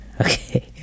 Okay